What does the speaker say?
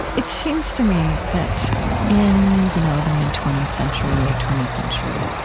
it seems to me that in you know the mid twentieth century, late twentieth century,